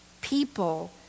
People